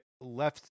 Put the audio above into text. left